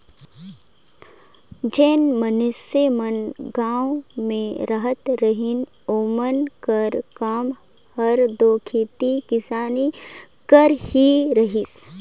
जेन मइनसे मन गाँव में रहत रहिन ओमन कर काम हर दो खेती किसानी कर ही रहिस